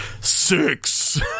six